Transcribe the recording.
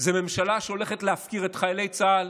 זו ממשלה שהולכת להפקיר את חיילי צה"ל,